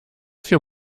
vier